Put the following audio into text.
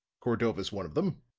cordova's one of them.